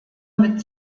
mit